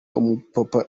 umuperezida